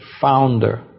founder